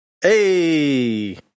hey